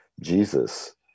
Jesus